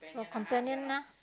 for companian ah